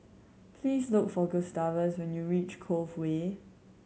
please look for Gustavus when you reach Cove Way